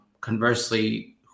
conversely